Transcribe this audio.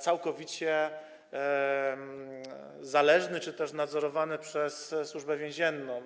całkowicie zależny od służby czy też nadzorowany przez Służbę Więzienną.